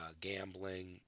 gambling